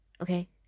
Okay